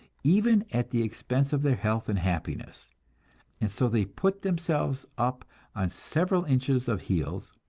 even at the expense of their health and happiness and so they put themselves up on several inches of heels,